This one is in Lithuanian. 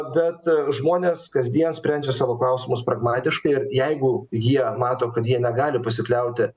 bet žmonės kasdien sprendžia savo klausimus pragmatiškai ir jeigu jie mato kad jie negali pasikliauti